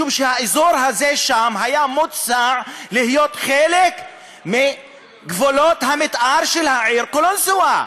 משום שהאזור הזה שם היה מוצע להיות חלק מגבולות המתאר של העיר קלנסואה.